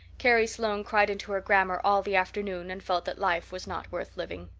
carrie sloane cried into her grammar all the afternoon and felt that life was not worth living.